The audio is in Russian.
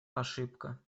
ошибка